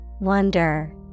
Wonder